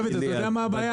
דוד, אתה יודע מה הבעיה?